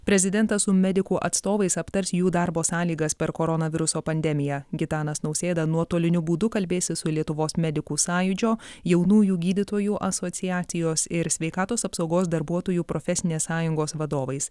prezidentas su medikų atstovais aptars jų darbo sąlygas per koronaviruso pandemiją gitanas nausėda nuotoliniu būdu kalbėsis su lietuvos medikų sąjūdžio jaunųjų gydytojų asociacijos ir sveikatos apsaugos darbuotojų profesinės sąjungos vadovais